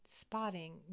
spotting